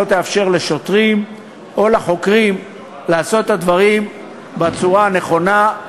שלא תאפשר לשוטרים או לחוקרים לעשות את הדברים בצורה הנכונה,